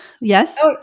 Yes